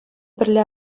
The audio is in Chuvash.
пӗрле